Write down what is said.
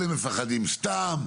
אלה מפחדים סתם.